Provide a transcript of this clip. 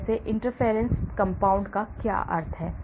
इस Pan Assay interference compound क्या अर्थ है